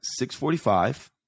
6.45